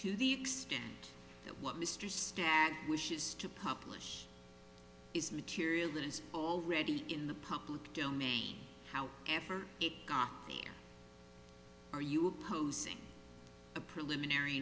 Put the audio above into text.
to the extent that what mr stagg wishes to publish is material that is already in the public domain how ever it got there are you opposing a preliminary